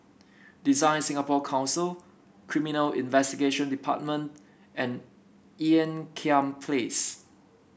Design Singapore Council Criminal Investigation Department and Ean Kiam Place